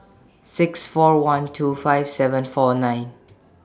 six four one two five seven four nine